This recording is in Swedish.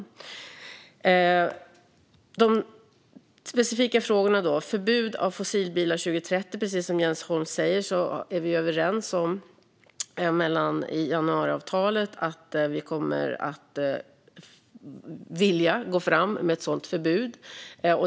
När det gäller de specifika frågorna från Jens Holm kan jag börja med den om förbud mot fossilbilar från 2030. Precis som Jens Holm säger är vi överens mellan parterna i januariavtalet om att vi kommer att vilja gå fram med ett sådant förbud.